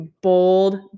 bold